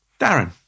Darren